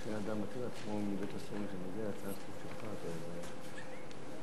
חוק הגנת הפרטיות (תיקון מס' 11),